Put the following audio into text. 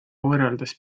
võrreldes